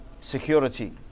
security